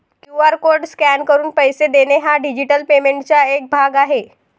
QR code scan करून पैसे देणे हा डिजिटल पेमेंटचा एक भाग आहे